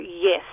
yes